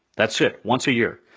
that's it, once a year.